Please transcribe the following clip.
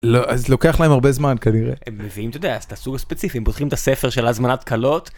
לא... אז לוקח להם הרבה זמן, כנראה. - ואם... אתה יודע... אז תעשו... ספציפים... פותחים את הספר של ההזמנת כלות.